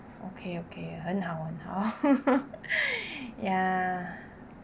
okay okay 很好很好